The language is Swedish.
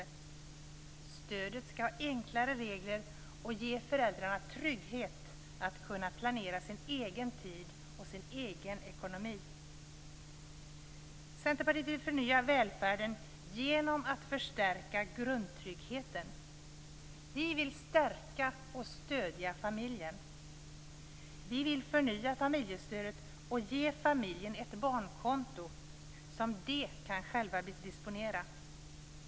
Stödet skall ha enklare regler och ge föräldrarna trygghet att kunna planera sin egen tid och sin egen ekonomi. Centerpartiet vill förnya välfärden genom att förstärka grundtryggheten. Vi vill stärka och stödja familjerna. Vi vill förnya familjestödet och ge familjen ett barnkonto som den själv kan disponera.